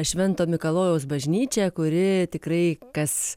švento mikalojaus bažnyčią kuri tikrai kas